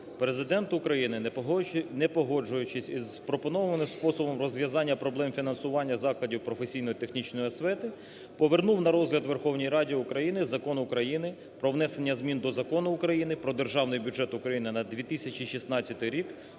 Президент України, не погоджуючись із пропонованим способом розв'язання проблем фінансування заходів професійно-технічної освіти повернув на розгляд Верховній Раді України Закон України "Про внесення змін до Закону України "Про Державний бюджет України на 2016 рік"